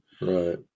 Right